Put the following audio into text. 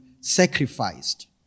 sacrificed